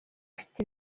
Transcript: afite